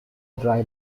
dry